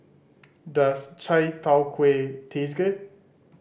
does Chai Tow Kuay taste good